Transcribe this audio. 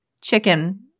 chicken